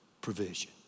provision